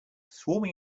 swarming